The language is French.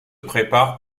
prépare